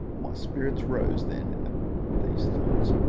my spirits rose then at these thoughts,